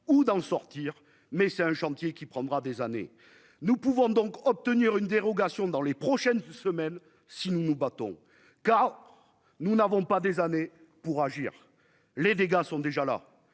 ou dans le sortir, mais c'est un chantier qui prendra des années, nous pouvons donc obtenir une dérogation dans les prochaines semaines, si nous nous battons, car nous n'avons pas des années pour agir, les dégâts sont déjà là